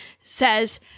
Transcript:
says